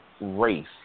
race